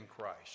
Christ